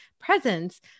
presence